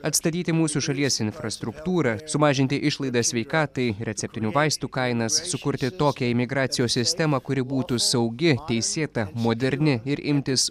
atstatyti mūsų šalies infrastruktūrą sumažinti išlaidas sveikatai receptinių vaistų kainas sukurti tokią imigracijos sistemą kuri būtų saugi teisėta moderni ir imtis